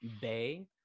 bay